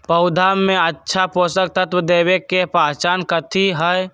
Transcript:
पौधा में अच्छा पोषक तत्व देवे के पहचान कथी हई?